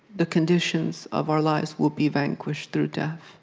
the conditions of our lives will be vanquished through death.